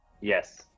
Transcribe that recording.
Yes